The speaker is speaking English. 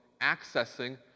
accessing